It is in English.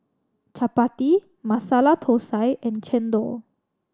chappati Masala Thosai and chendol